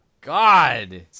God